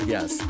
Yes